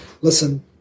listen